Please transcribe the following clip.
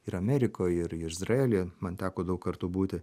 ir amerikoj ir ir izraely man teko daug kartų būti